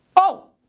oh,